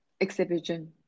exhibition